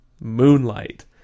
moonlight